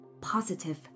positive